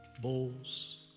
Bulls